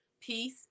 peace